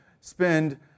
spend